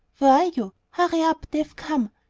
where are you? hurry up they've come.